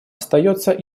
остается